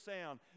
sound